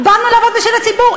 באנו לעבוד בשביל הציבור.